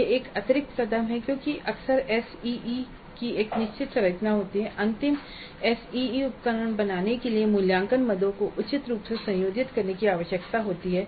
यह एक अतिरिक्त कदम है क्योंकि अक्सर एसईई की एक निश्चित संरचना होती है और अंतिम एसईई उपकरण बनाने के लिए मूल्यांकन मदों को उचित रूप से संयोजित करने की आवश्यकता होती है